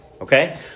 okay